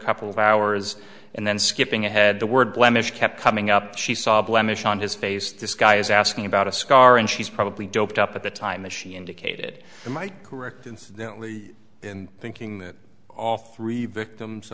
couple of hours and then skipping ahead the word blemish kept coming up she saw a blemish on his face this guy is asking about a scar and she's probably doped up at the time the she indicated might correct incidentally in thinking that all three victims